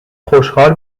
خوشحال